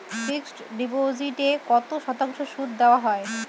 Fixed ডিপোজিটে কত শতাংশ সুদ দেওয়া হয়?